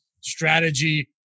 strategy